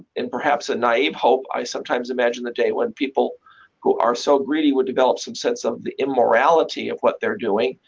in perhaps a naive hope, i sometimes imagine the day when people who are so greedy would develop some sense of the immorality of what they're doing.